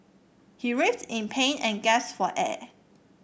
he writhed in pain and gasped for air